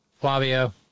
Flavio